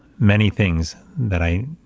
many things that i